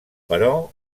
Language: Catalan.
però